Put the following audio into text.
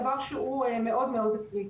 אבל, זה דבר שהוא מאוד מאוד קריטי.